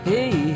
Hey